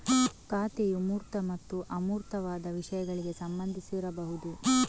ಖಾತೆಯು ಮೂರ್ತ ಮತ್ತು ಅಮೂರ್ತವಾದ ವಿಷಯಗಳಿಗೆ ಸಂಬಂಧಿಸಿರಬಹುದು